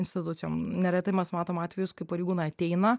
institucijom neretai mes matom atvejus kai pareigūnai ateina